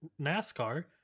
nascar